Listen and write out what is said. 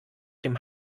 dem